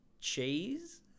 Cheese